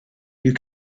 you